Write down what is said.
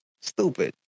stupid